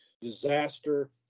disaster